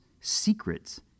secrets